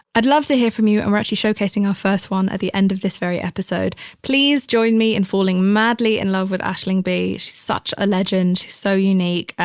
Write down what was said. i'd love to hear from you. and we're actually showcasing our first one at the end of this very episode. please join me in falling madly in love with aisling bea. she's such a legend, she's so unique.